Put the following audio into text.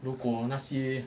如果那些